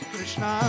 Krishna